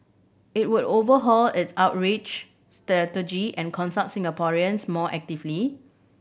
it would overhaul its outreach strategy and consult Singaporeans more actively